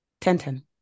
Ten-ten